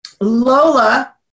Lola